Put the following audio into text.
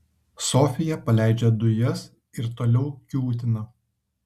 sofija paleidžia dujas ir toliau kiūtina